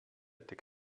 tik